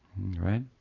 Right